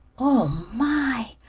oh, my,